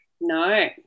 No